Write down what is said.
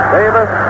Davis